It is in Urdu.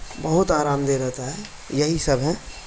بہت آرام دہ رہتا ہے یہی سب ہے